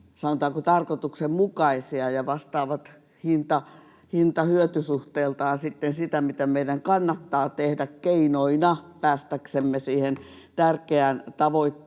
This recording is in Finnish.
sanotaanko, tarkoituksenmukaisia ja vastaavat hinta—hyöty-suhteeltaan sitten sitä, mitä meidän kannattaa tehdä keinoina päästäksemme siihen tärkeään tavoitteeseen.